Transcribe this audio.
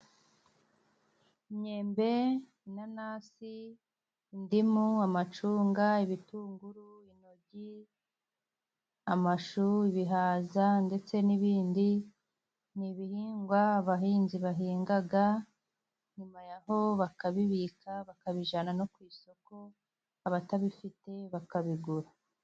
Imyembe, inanasi, indimu, amacunga, ibitunguru, amashu, ibihaza ndetse n'ibindi ni ibihingwa abahinzi bahinga nyuma y'aho bakabibika, bakabijyana no ku isoko abatabifite bakabigura.